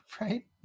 right